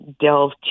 delve